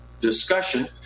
discussion